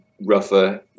rougher